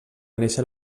néixer